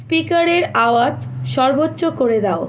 স্পিকারের আওয়াজ সর্বোচ্চ করে দাও